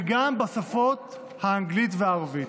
וגם בשפות האנגלית והערבית.